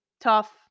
tough